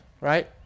right